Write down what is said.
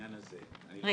לעניין הזה --- רגע,